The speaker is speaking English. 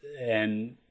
and-